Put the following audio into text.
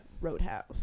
Roadhouse